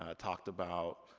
ah talked about